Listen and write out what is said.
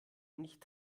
nicht